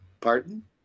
Pardon